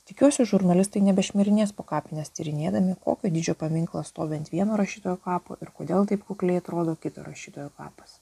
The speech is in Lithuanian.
tikiuosi žurnalistai nebe šmirinės po kapines tyrinėdami kokio dydžio paminklas stovi ant vieno rašytojo kapo ir kodėl taip kukliai atrodo kito rašytojo kapas